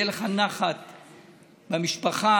תהיה לך נחת מהמשפחה,